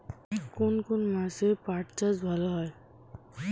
কোন কোন মাসে পাট চাষ ভালো হয়?